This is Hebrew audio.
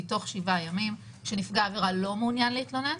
תוך שבעה ימים כשנפגע העבירה לא מעוניין להתלונן,